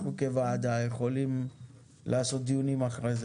אנחנו כוועדה יכולים לעשות דיונים אחרי זה